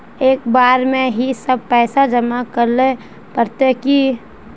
एक बार में ही सब पैसा जमा करले पड़ते की?